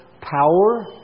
power